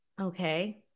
Okay